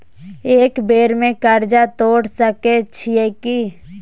एक बेर में कर्जा तोर सके छियै की?